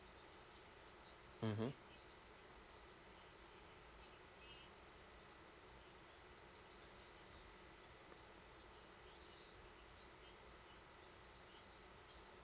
mmhmm